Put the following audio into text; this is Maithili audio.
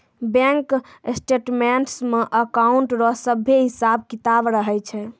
बैंक स्टेटमेंट्स मे अकाउंट रो सभे हिसाब किताब रहै छै